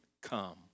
come